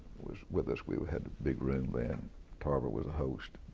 was with us. we we had a big room and tarver was the host.